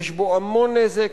יש בו המון נזק,